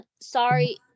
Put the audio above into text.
sorry